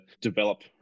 develop